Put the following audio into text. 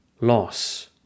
Loss